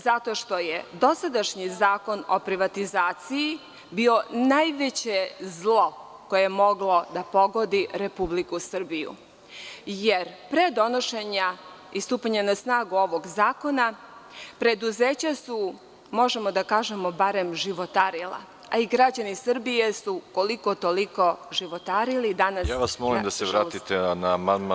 Zato što je dosadašnji Zakon o privatizaciji bio najveće zlo koje je moglo da pogodi Republiku Srbiju, jer pre donošenja i stupanja na snagu ovog zakona, preduzeća su, možemo da kažemo, barem životarila, a i građani Srbije su koliko-toliko životarili, danas nažalost samo dišu vazduh.